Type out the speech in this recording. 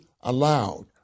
allowed